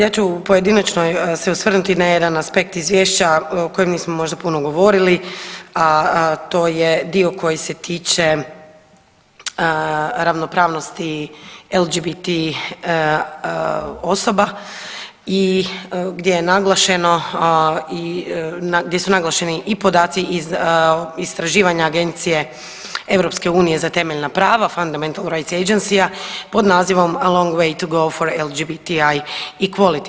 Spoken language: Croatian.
Pa evo ja ću u pojedinačnoj se osvrnuti na jedan aspekt izvješća o kojem nismo možda puno govorili, a to je dio koji se tiče ravnopravnosti LGBT osoba i gdje je naglašeno i gdje su naglašeni i podaci iz istraživanja Agencije EU za temeljna prava Fundamental rights agencya pod nazivom „Long way to go LGBT i Quallity.